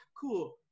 cool